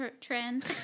trend